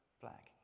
black